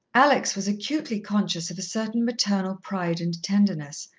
alex was acutely conscious of a certain maternal pride and tenderness,